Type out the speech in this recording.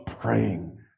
praying